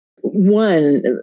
one